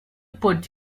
put